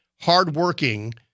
hardworking